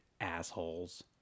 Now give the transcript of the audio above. assholes